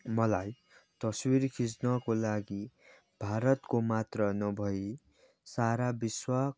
मलाई तस्विर खिच्नको लागि भारतको मात्र नभइ सारा विश्व